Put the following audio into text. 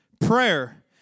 Prayer